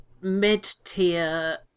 Mid-tier